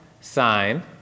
sign